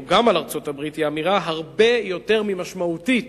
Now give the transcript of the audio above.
זאת אמירה הרבה יותר משמעותית